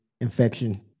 infection